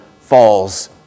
falls